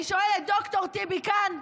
אני שואלת: ד"ר טיבי כאן?